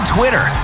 Twitter